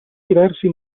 diversi